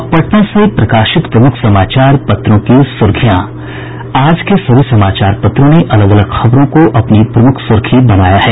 अब पटना से प्रकाशित प्रमुख समाचार पत्रों की सुर्खियां आज के सभी समाचार पत्रों ने अलग अलग खबरों को अपनी प्रमुख सुर्खी बनाया है